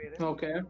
okay